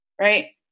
right